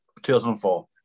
2004